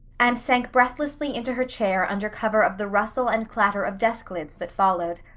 and sank breathlessly into her chair under cover of the rustle and clatter of desk lids that followed.